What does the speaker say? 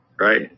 Right